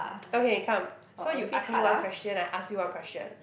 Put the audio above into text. okay come so you ask me one question I ask you one question